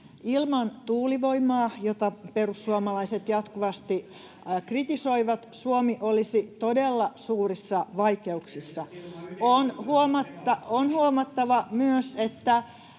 Ilman tuulivoimaa, jota perussuomalaiset jatkuvasti kritisoivat, Suomi olisi todella suurissa vaikeuksissa. [Ben Zyskowicz: